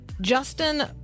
Justin